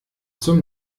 zum